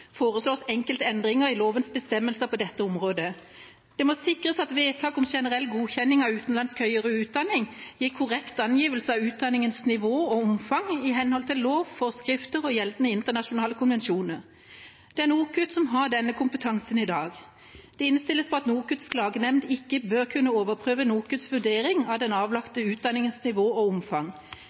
foreslås enkelte endringer i lovens bestemmelser på dette området. Det må sikres at vedtak om generell godkjenning av utenlandsk høyere utdanning gir en korrekt angivelse av utdanningens nivå og omfang i henhold til lov, forskrifter og gjeldende internasjonale konvensjoner. Det er NOKUT som har denne kompetansen i dag. Det innstilles på at NOKUTs klagenemnd ikke bør kunne overprøve NOKUTs vurdering av den avlagte utdanningens nivå og omfang.